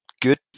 good